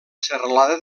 serralada